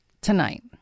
tonight